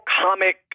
comic